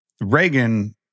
Reagan